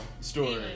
story